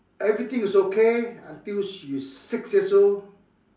everything is okay until she is six years old